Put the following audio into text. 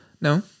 no